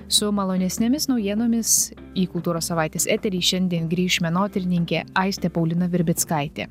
su malonesnėmis naujienomis į kultūros savaitės eterį šiandien grįš menotyrininkė aistė paulina virbickaitė